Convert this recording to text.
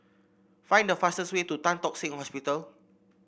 find the fastest way to Tan Tock Seng Hospital